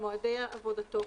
מועדי עבודתו,